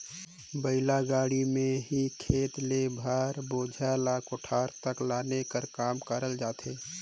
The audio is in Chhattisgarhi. बइला गाड़ी मे ही खेत ले भार, बोझा ल कोठार तक लाने कर काम करल जाथे